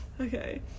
Okay